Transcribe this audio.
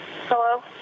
Hello